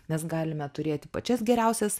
nes galime turėti pačias geriausias